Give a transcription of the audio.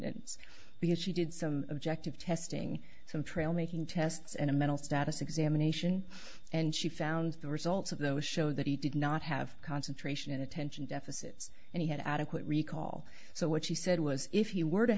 e because she did some objective testing some trail making tests and a mental status examination and she found the results of those show that he did not have concentration and attention deficit and he had adequate recall so what she said was if you were to